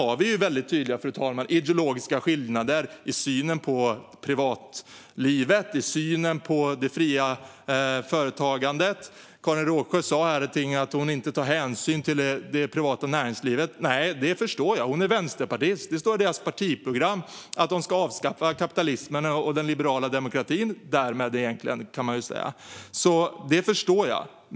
Vi har också väldigt tydliga ideologiska skillnader i synen på privatlivet och i synen på det fria företagandet. Karin Rågsjö sa här att hon inte tar hänsyn till det privata näringslivet. Nej, det förstår jag. Hon är vänsterpartist, och det står i partiprogrammet att de ska avskaffa kapitalismen och därmed den liberala demokratin, kan man säga. Det förstår jag.